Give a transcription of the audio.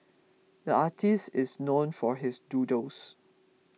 the artist is known for his doodles